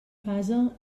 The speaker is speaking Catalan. fase